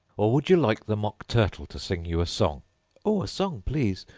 or would you like the mock turtle to sing you a song oh, a song, please,